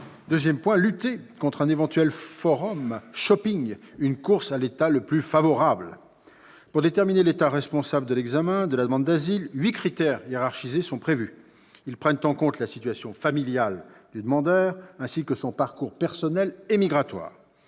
deuxièmement, lutter contre un éventuel, une course à l'État le plus favorable. Pour déterminer l'État responsable de l'examen de la demande d'asile, huit critères hiérarchisés sont prévus. Ils prennent en compte la situation familiale du demandeur ainsi que son parcours personnel et migratoire.